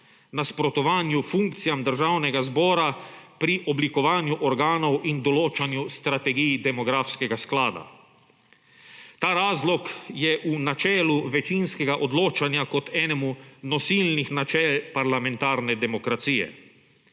nasprotovanju funkcijam Državnega zbora pri oblikovanju organov in določanju strategij demografskega sklada. Ta razlog je v načelu večinskega odločanja kot enemu nosilnih načel parlamentarne demokracije.